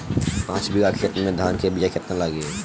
पाँच बिगहा खेत में धान के बिया केतना लागी?